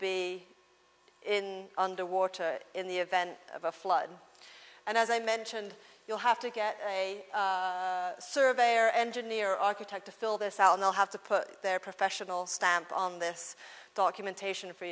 in the water in the event of a flood and as i mentioned you'll have to get a surveyor engineer architect to fill this out and they'll have to put their professional stamp on this documentation for